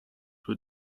were